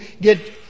get